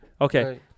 Okay